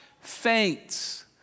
faints